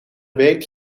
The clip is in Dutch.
week